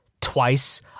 twice